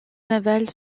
navale